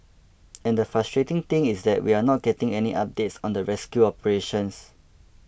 and the frustrating thing is that we are not getting any updates on the rescue operations